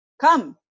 Come